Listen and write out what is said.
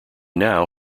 now